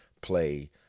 play